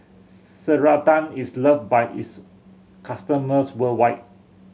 Ceradan is loved by its customers worldwide